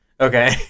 Okay